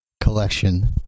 collection